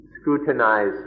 scrutinize